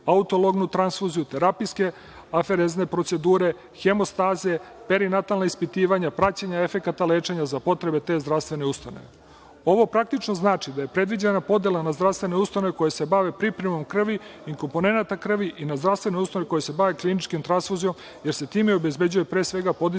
autolognu tranfuziju, terapijske aferezne procedure, hemostaze, perinatalna ispitivanja, praćene efekata lečenja za potrebe te zdravstvene ustanove. Ovo praktično znači da je predviđena podela na zdravstvene ustanove koje se bave pripremom krvi i komponenata krvi i na zdravstvene ustanove koje se bavi kliničkom tranfuzijom jer se time obezbeđuje pre svega podizanje